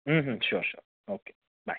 sure sure okay bye